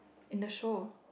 in the show